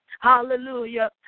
Hallelujah